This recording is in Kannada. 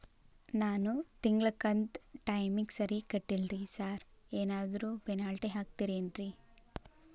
ನಾನು ತಿಂಗ್ಳ ಕಂತ್ ಟೈಮಿಗ್ ಸರಿಗೆ ಕಟ್ಟಿಲ್ರಿ ಸಾರ್ ಏನಾದ್ರು ಪೆನಾಲ್ಟಿ ಹಾಕ್ತಿರೆನ್ರಿ?